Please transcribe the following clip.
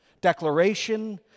declaration